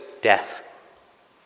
death